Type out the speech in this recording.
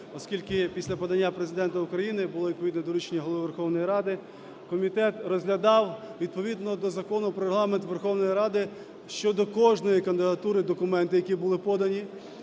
оскільки після подання Президента України були відповідно доручення Голови Верховної Ради. Комітет розглядав відповідно до Закону про Регламент Верховної Ради щодо кожної кандидатури документи, які були подані.